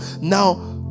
now